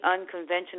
unconventional